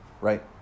right